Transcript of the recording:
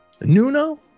Nuno